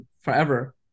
forever